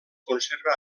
conserva